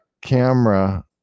camera